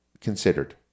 considered